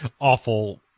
awful